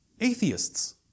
atheists